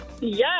Yes